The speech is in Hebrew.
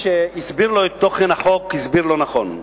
שהסביר לו את תוכן החוק הסביר לא נכון.